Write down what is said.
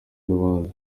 y’urubanza